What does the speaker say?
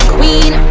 Queen